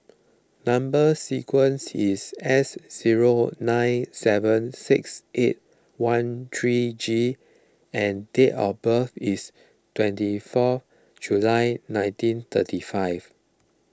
Number Sequence is S zero nine seven six eight one three G and date of birth is twenty four July nineteen thirty five